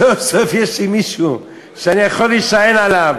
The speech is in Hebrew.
סוף-סוף יש לי מישהו שאני יכול להישען עליו,